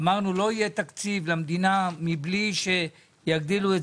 אמרנו שלא יהיה תקציב למדינה מבלי שיגדילו את